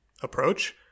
approach